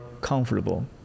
comfortable